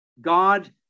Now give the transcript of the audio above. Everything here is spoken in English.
God